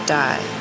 die